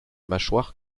mâchoire